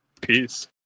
Peace